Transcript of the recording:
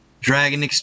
dragon